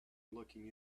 looking